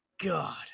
God